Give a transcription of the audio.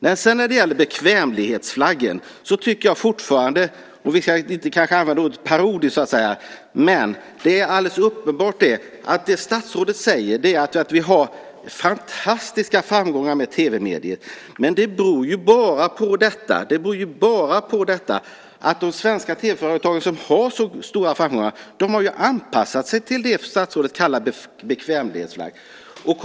När det sedan gäller bekvämlighetsflaggen kanske vi inte ska använda ordet parodiskt. Men det är alldeles uppenbart att det statsrådet säger är att vi har haft fantastiska framgångar med tv-mediet. Men det beror bara på att de svenska tv-företag som har så stora framgångar har anpassat sig till det som statsrådet kallar bekvämlighetsflagg.